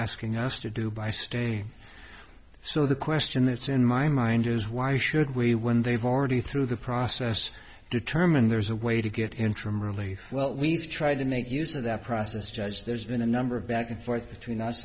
asking us to do by stating so the question that's in my mind is why should we when they've already through the process determine there's a way to get interim relief well we've tried to make use of that process judge there's been a number of back and forth between us